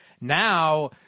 now